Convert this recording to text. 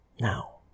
now